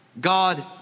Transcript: God